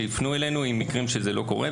שיפנו אלינו במקרים שזה לא קורה,